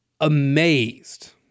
amazed